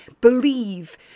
believe